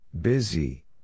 Busy